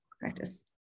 practice